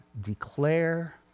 declare